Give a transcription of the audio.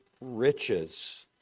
riches